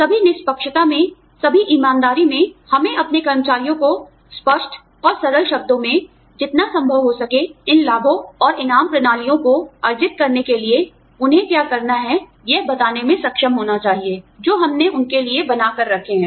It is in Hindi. सभी निष्पक्षता में सभी ईमानदारी में हमें अपने कर्मचारियों को स्पष्ट और सरल शब्दों में जितना संभव हो सके इन लाभों और इनाम प्रणालियों को अर्जित करने के लिए उन्हें क्या करना है यह बताने में सक्षम होना चाहिए जो हमने उनके लिए बनाकर रखे हैं